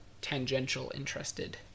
tangential-interested